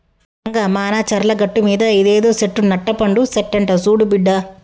రంగా మానచర్ల గట్టుమీద ఇదేదో సెట్టు నట్టపండు సెట్టంట సూడు బిడ్డా